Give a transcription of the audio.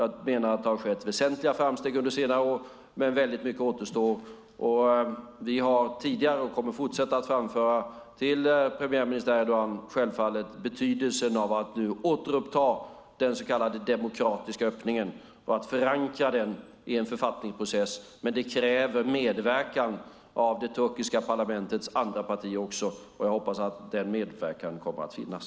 Jag menar att det har skett väsentliga framsteg under senare år. Men väldigt mycket återstår. Vi har tidigare framfört och kommer självfallet att fortsätta att till premiärminister Erdogan framföra betydelsen av att nu återuppta den så kallade demokratiska öppningen och att förankra den i en författningsprocess. Men det kräver medverkan av det turkiska parlamentets andra partier också. Jag hoppas att denna medverkan kommer att finnas.